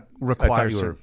requires